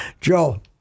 Joe